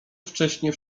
wcześnie